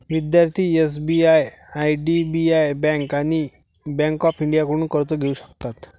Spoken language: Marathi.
विद्यार्थी एस.बी.आय आय.डी.बी.आय बँक आणि बँक ऑफ इंडियाकडून कर्ज घेऊ शकतात